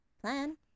plan